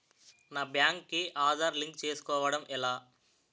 నా బ్యాంక్ కి ఆధార్ లింక్ చేసుకోవడం ఎలా?